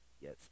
Yes